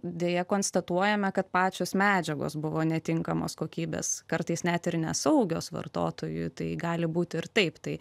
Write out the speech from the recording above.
deja konstatuojame kad pačios medžiagos buvo netinkamos kokybės kartais net ir nesaugios vartotojui tai gali būti ir taip tai